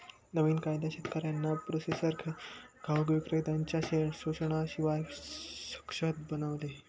नवीन कायदा शेतकऱ्यांना प्रोसेसर घाऊक विक्रेत्त्यांनच्या शोषणाशिवाय सशक्त बनवेल